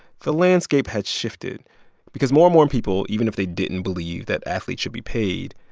the landscape had shifted because more and more people, even if they didn't believe that athletes should be paid,